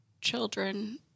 children